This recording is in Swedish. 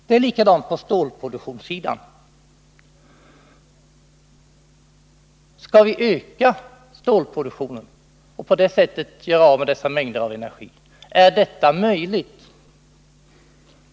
Det är likadant på stålproduktionssidan. Skall vi öka stålproduktionen och på det sättet göra av med dessa mängder energi? Är detta möjligt?